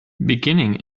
beginning